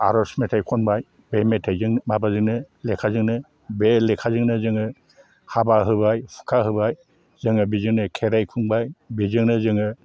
आर'ज मेथाइ खनबाय बे मेथाइजोंनो माबाजोंनो लेखाजोंनो बे लेखाजोंनो जोङो हाबा होबाय हुखा होबाय जोङो बेजोंनो खेराइ खुंबाय बेजोंनो जोङो